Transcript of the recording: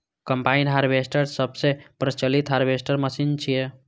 combine harvester सबसं प्रचलित harvester machine छियै